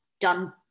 done